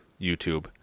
YouTube